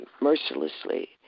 mercilessly